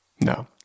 No